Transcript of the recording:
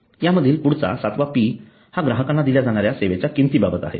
या मधील पुढचा सातवा पी हा ग्राहकांना दिल्या जाणाऱ्या सेवेच्या किंमती बाबत आहे